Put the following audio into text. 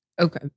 Okay